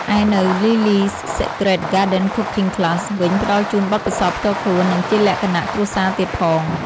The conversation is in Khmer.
ឯនៅ Lily's Secret Garden Cooking Class វិញផ្តល់ជូនបទពិសោធន៍ផ្ទាល់ខ្លួន និងជាលក្ខណៈគ្រួសារទៀតផង ។